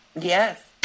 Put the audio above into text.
Yes